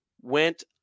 went